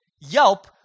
Yelp